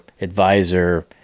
advisor